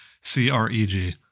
C-R-E-G